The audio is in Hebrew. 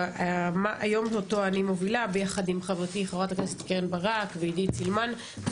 היום אותו אני מובילה ביחד עם חברתי ח"כ קרן ברק ועידית סילמן זה